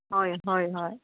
ꯍꯣꯏ ꯍꯣꯏ ꯍꯣꯏ